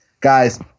Guys